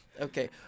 okay